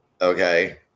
Okay